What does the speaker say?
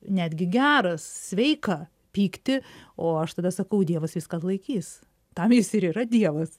netgi geras sveika pyktį o aš tada sakau dievas viską atlaikys tam jis ir yra dievas